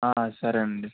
సరే అండి